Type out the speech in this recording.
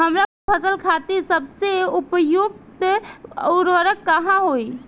हमार फसल खातिर सबसे उपयुक्त उर्वरक का होई?